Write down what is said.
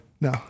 No